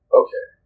okay